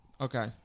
Okay